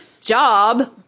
job